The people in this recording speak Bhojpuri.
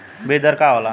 बीज दर का होला?